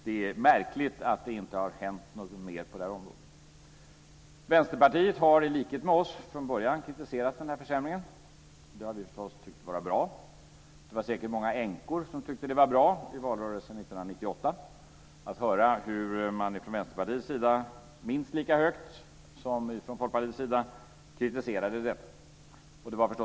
Det är märkligt att det inte har hänt något mer på det här området. Vänsterpartiet har i likhet med oss från början kritiserat den här försämringen. Det har vi förstås tyckt vara bra. Det var säkert många änkor som i valrörelsen 1998 tyckte att det var bra att höra hur man från Vänsterpartiets sida, minst lika högt som från Folkpartiets sida, kritiserade detta.